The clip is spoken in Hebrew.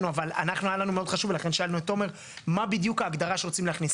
היה לנו מאוד חשוב ולכן שאלנו את תומר מה בדיוק ההגדרה שרוצים להכניס.